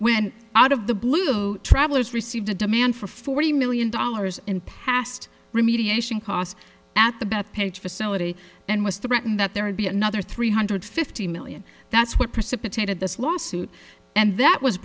when out of the blue travelers received a demand for forty million dollars in past remediation costs at the bethpage facility and was threatened that there would be another three hundred fifty million that's what precipitated this lawsuit and that was